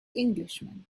englishman